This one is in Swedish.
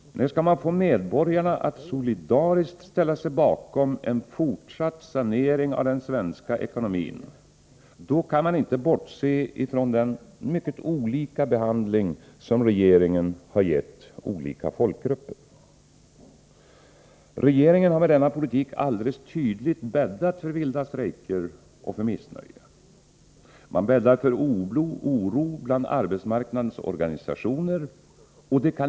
Skall man få medborgarna att solidariskt ställa sig bakom en fortsatt sanering av den svenska ekonomin kan man inte bortse från den mycket olika behandling som regeringen gett olika folkgrupper. Regeringen har med denna politik alldeles tydligt bäddat för vilda strejker och missnöje. Man bäddar för oro bland arbetsmarknadens organisationer.